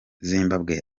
zimbabwe